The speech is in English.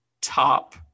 top